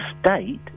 state